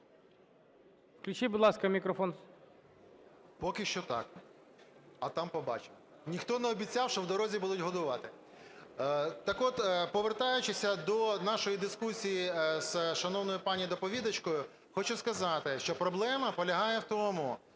Включіть, будь ласка, мікрофон. 13:32:20 ВЛАСЕНКО С.В. Поки що так, а там побачимо. Ніхто не обіцяв, що в дорозі будуть годувати. Так от, повертаючись до нашої дискусії з шановною пані доповідачкою, хочу сказати, що проблема полягає в тому,